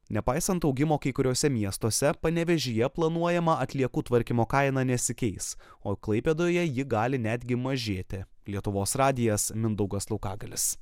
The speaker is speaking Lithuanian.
nepaisant augimo kai kuriuose miestuose panevėžyje planuojama atliekų tvarkymo kaina nesikeis o klaipėdoje ji gali netgi mažėti lietuvos radijas mindaugas laukagalis